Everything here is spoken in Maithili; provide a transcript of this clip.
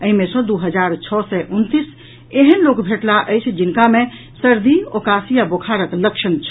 एहि मे सँ दू हजार छओ सय उनतीस एहेन लोक भेटलाह अछि जिनका मे सर्दी ओकासी आ बोखारक लक्षण छल